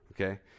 Okay